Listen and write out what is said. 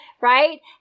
right